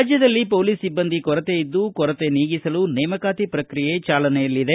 ರಾಜ್ಯದಲ್ಲಿ ಪೊಲೀಸ ಸಿಬ್ಬಂದಿ ಕೊರತೆಯಿದ್ದು ಕೊರತೆ ನೀಗಿಸಲು ನೇಮಕಾತಿ ಪ್ರಕ್ರಿಯೆ ಚಾಲನೆಯಲ್ಲಿದೆ